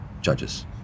judges